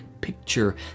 picture